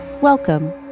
Welcome